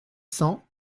cents